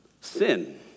sin